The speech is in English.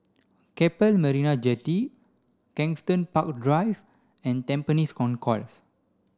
Keppel Marina Jetty Kensington Park Drive and Tampines Concourse